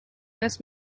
best